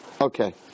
Okay